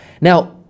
Now